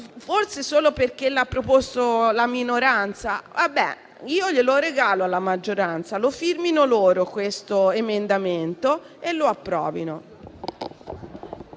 Forse solo perché l'ha proposto la minoranza? Ma io lo regalo alla maggioranza! Lo firmino loro questo emendamento e lo approvino!